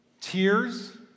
tears